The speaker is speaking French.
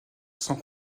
sont